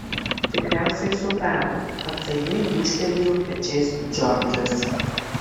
tikriausiai suprato atsainiai gūžtelėjo pečiais džordžas